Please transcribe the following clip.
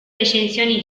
recensioni